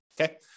okay